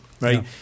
right